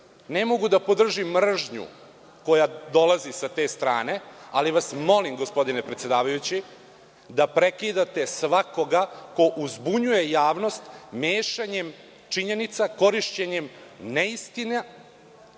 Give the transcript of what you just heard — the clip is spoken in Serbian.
Ne mogu da podržim mržnju koja dolazi sa te strane, ali vas molim gospodine predsedavajući da prekidate svakoga ko uzbunjuje javnost mešanjem činjenica, korišćenjem neistina